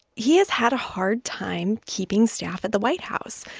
he has had a hard time keeping staff at the white house.